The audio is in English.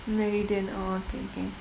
meridian orh okay okay